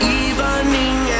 evening